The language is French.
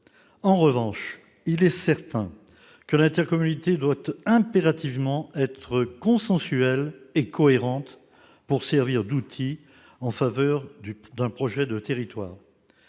En revanche, il est certain que l'intercommunalité doit impérativement être consensuelle et cohérente pour servir d'outil en faveur d'un projet de territoire.